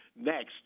next